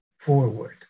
forward